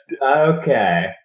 Okay